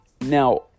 Now